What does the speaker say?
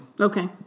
Okay